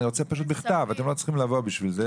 אני פשוט רוצה בכתב, אתם לא צריכים לבוא בשביל זה